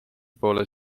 poole